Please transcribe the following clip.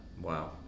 Wow